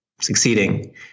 succeeding